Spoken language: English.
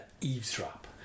eavesdrop